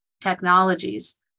technologies